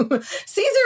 Caesar